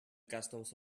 customs